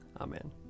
Amen